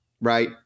Right